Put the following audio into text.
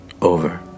over